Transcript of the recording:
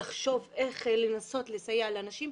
לחשוב איך לנסות לסייע לאנשים,